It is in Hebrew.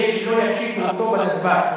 כדי שלא יפשיטו אותו בנתב"ג,